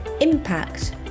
impact